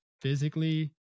physically